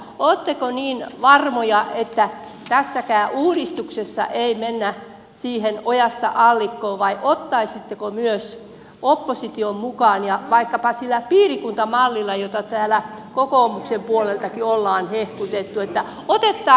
oletteko niin varmoja ettei tässäkin uudistuksessa mennä ojasta allikkoon vai ottaisitteko myös opposition mukaan vaikkapa sillä piirikuntamallilla jota täällä kokoomuksen puoleltakin ollaan hehkutettu